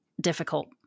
difficult